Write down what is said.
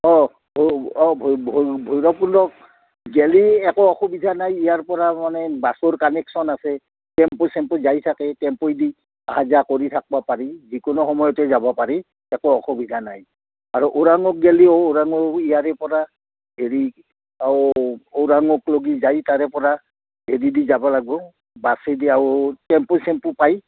অঁ অঁ ভৈৰৱকুণ্ড গেলি একো অসুবিধা নাই ইয়াৰ পৰা মানে বাছৰ কানেকশ্যন আছে টেম্পু চেম্পু যাই থাকে টেম্পুদি অহা যোৱা কৰি থাকব পাৰি যিকোনো সময়তে যাব পাৰি একো অসুবিধা নাই আৰু ওৰাঙক গেলিও ওৰাঙৰ ইয়াৰে পৰা হেৰি আ ওৰাঙক লগি যায় তাৰে পৰা হেৰি দি যাব লাগব বাছেদি আও টেম্পু চেম্পু পায়